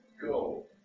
go